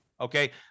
okay